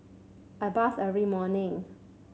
I bathe every morning